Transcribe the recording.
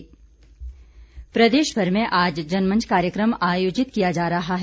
जनमंच कार्यक्रम प्रदेशभर में आज जनमंच कार्यक्रम आयोजित किया जा रहा है